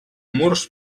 murs